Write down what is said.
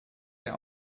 der